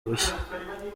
bushya